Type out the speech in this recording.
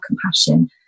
compassion